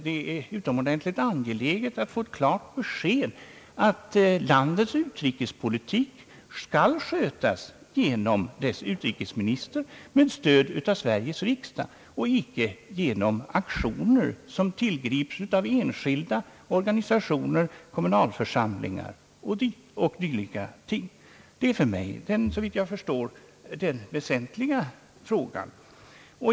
Det är utomordentligt angeläget att på den punkten få ett klart besked, att landets utrikespolitik skall skötas genom dess utrikesminister med stöd av Sveriges riksdag och inte genom aktioner, som tillgrips av enskilda organisationer, kommunalförsamlingar m.fl. Det är för mig den, såvitt jag förstår, väsentliga frågan.